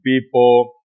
people